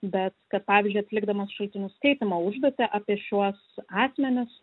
bet kad pavyzdžiui atlikdamas šaltinių skaitymo užduotį apie šiuos asmenis